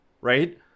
right